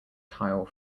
tile